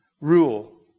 rule